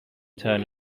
turn